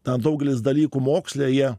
na daugelis dalykų moksle jie